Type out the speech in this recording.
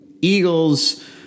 Eagles